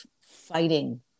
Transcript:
fighting